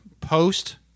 post